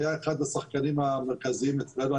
היה אחד השחקנים המרכזיים אצלנו.